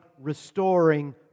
restoring